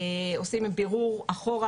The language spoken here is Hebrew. עושים בירור אחורה,